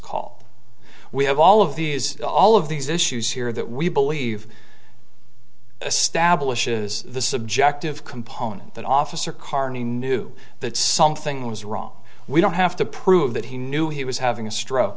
call we have all of these all of these issues here that we believe establishes the subjective component that officer carney knew that something was wrong we don't have to prove that he knew he was having a stroke